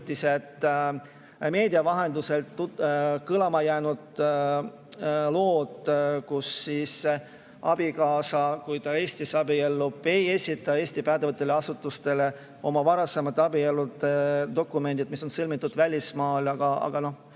meedia vahendusel kõlama jäänud lood, kus abikaasa, kui ta Eestis abiellub, ei esita Eesti pädevatele asutustele oma varasemate abielude dokumente, kui abielud on sõlmitud välismaal. See on